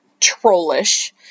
trollish